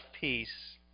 peace